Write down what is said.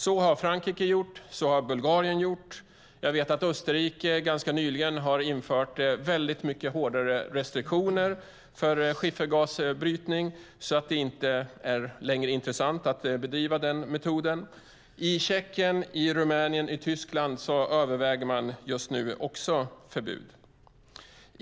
Så har Frankrike gjort, och så har Bulgarien gjort. Jag vet att Österrike ganska nyligen har infört väldigt mycket hårdare restriktioner för skiffergasbrytning så att det inte längre är intressant att använda metoden. I Tjeckien, Rumänien och Tyskland överväger man just nu också förbud.